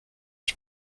its